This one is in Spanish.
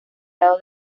lado